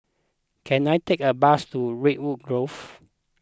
can I take a bus to Redwood Grove